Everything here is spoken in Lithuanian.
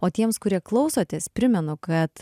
o tiems kurie klausotės primenu kad